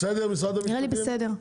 בנוהל הם יתנו את זה.